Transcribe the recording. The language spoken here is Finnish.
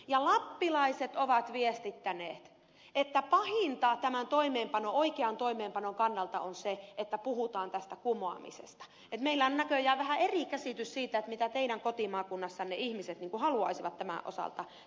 ja lappilaiset ovat viestittäneet että pahinta tämän oikean toimeenpanon kannalta on se että puhutaan tästä kumoamisesta joten meillä on näköjään vähän eri käsitys siitä mitä teidän kotimaakunnassanne ihmiset haluaisivat tämän osalta tehdä